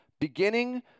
Beginning